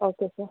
okay sir